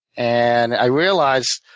and i realized,